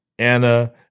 Anna